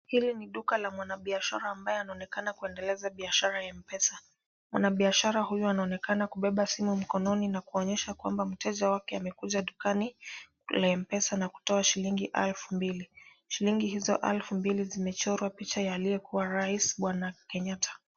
Hili ni duka la mwanabiashara ambaye anaonekana kuendeleza biashara ya M-pesa. Mwanabiashara huyo anaonekana kubeba simu mkononi na kuonyesha kwamba mteja wake amekuja dukani, la M-pesa na kutoa shilingi alfu mbili. Shilingi hizo alfu mbili zimechorwa picha ya aliyekuwa rais, bwana Kenyatta.